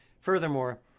Furthermore